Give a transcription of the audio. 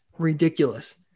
ridiculous